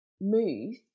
move